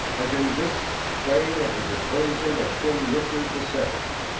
as in this play of the deposing of king richard the second,